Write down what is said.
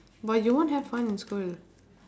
but you won't have fun in school